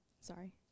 sorry